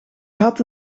had